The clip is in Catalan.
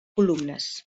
columnes